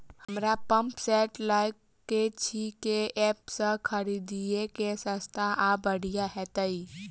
हमरा pump set लय केँ अछि केँ ऐप सँ खरिदियै की सस्ता आ बढ़िया हेतइ?